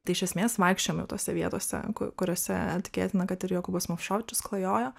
tai iš esmės vaikščiojome tose vietose ku kuriose tikėtina kad ir jokūbas movšovičius klajojo